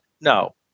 No